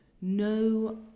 no